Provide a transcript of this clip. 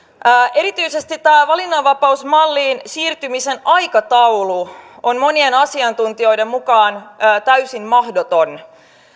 erityisesti tämä valinnanvapausmalliin siirtymisen aikataulu on monien asiantuntijoiden mukaan täysin mahdoton